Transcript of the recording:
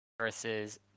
versus